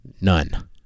None